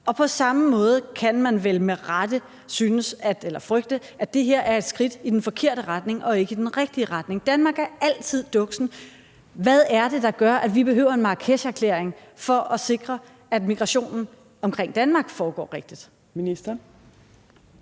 På samme måde kan man vel med rette synes eller frygte, at det her er et skridt i den forkerte retning og ikke i den rigtige retning. Danmark er altid duksen. Hvad er det, der gør, at vi behøver en Marrakesherklæring for at sikre, at migrationen omkring Danmark foregår rigtigt?